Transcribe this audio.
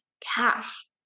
cash